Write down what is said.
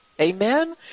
Amen